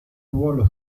ruolo